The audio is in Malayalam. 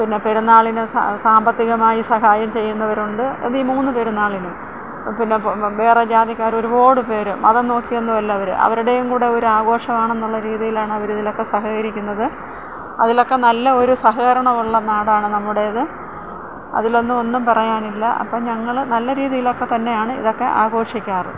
പിന്നെ പെരുന്നാളിന് സാമ്പത്തികമായി സഹായം ചെയുന്നവരുണ്ട് അത് ഈ മൂന്ന് പെരുന്നാളിലും പിന്നെ വേറെ ജാതിക്കാർ ഒരുപാട് പേര് മതം നോക്കിയൊന്നും അല്ല അവർ അവരുടെയും കൂടി ഒരു ആഘോഷം ആണെന്നുള്ള രീതിയിലാണ് അവർ ഇതിലൊക്കെ സഹകരിക്കുന്നത് അതിലൊക്കെ നല്ല ഒരു സഹകരണമുള്ള നാടാണ് നമ്മുടേത് അതിലൊന്നും ഒന്നും പറയാനില്ല അപ്പം ഞങ്ങൾ നല്ല രീതിയിലൊക്കെത്തന്നെയാണ് ഇതൊക്കെ ആഘോഷിക്കാറ്